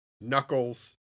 knuckles